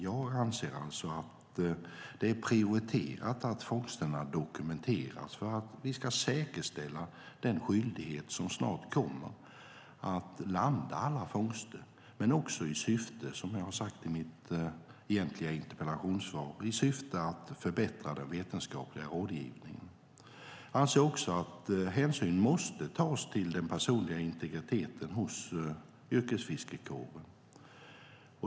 Jag anser alltså att det är prioriterat att fångsterna dokumenteras för att vi ska säkerställa den skyldighet att landa alla fångster som snart kommer, men också, som jag har sagt i mitt egentliga interpellationssvar, i syfte att förbättra den vetenskapliga rådgivningen. Jag anser också att hänsyn måste tas till den personliga integriteten hos yrkesfiskarkåren.